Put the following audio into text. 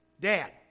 Dad